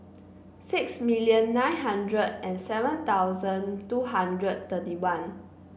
six million nine hundred and seven thousand two hundred thirty one